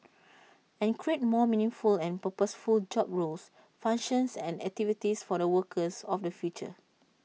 and create more meaningful and purposeful job roles functions and activities for the workers of the future